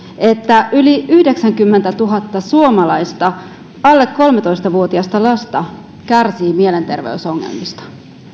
että yli yhdeksänkymmentätuhatta suomalaista alle kolmetoista vuotiasta lasta kärsii mielenterveysongelmista